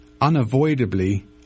unavoidably